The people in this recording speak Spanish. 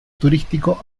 turístico